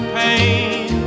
pain